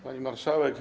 Pani Marszałek!